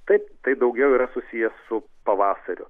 taip tai daugiau yra susiję su pavasariu